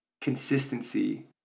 Consistency